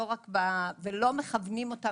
ולא מכוונים אותם,